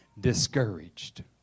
discouraged